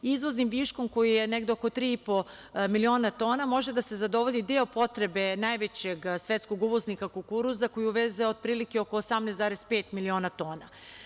Izvoznim viškom koji je negde oko tri i po miliona tona može da se zadovolji deo potrebe najvećeg svetskog uvoznika kukuruza koji uveze otprilike oko 18,5 miliona tona.